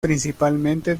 principalmente